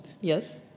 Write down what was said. yes